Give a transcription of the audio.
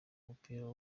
umupira